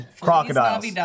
Crocodiles